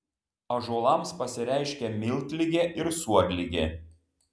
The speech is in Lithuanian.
ąžuolams pasireiškia miltligė ir suodligė